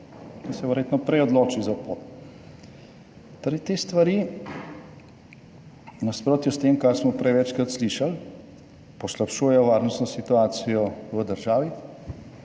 In se verjetno prej odloči za pot. Torej te stvari v nasprotju s tem, kar smo prej večkrat slišali, poslabšujejo varnostno situacijo v državi.